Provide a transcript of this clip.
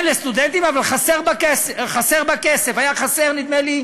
קרן לסטודנטים, אבל חסר בה כסף, היה חסר, נדמה לי,